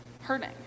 hurting